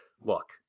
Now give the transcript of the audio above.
look